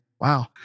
Wow